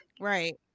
Right